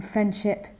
Friendship